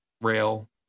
rail